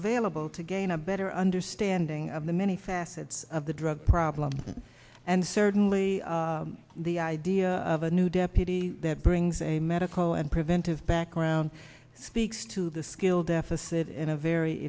available to gain a better understanding of the many facets of the drug problem and certainly the idea of a new deputy that brings a medical and preventive background speaks to the skill deficit in a very